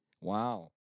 Wow